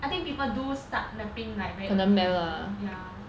I think people do start mapping like very early already ya